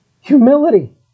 humility